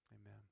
Amen